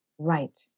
right